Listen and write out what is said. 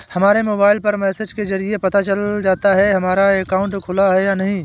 हमारे मोबाइल पर मैसेज के जरिये पता चल जाता है हमारा अकाउंट खुला है या नहीं